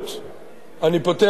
אני פותח סוגריים: